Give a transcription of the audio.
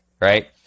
right